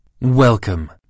Welcome